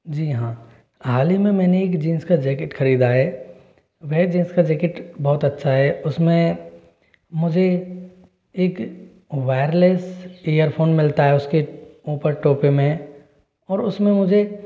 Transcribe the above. जी हाँ हाल ही में मैंने एक जींस का जैकेट ख़रीदा है वह जींस का जैकेट बहुत अच्छा है उसमें मुझे एक वायरलेस इयरफ़ोन मिलता है उसके ऊपर टोपे में और उसमें मुझे